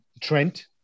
Trent